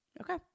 Okay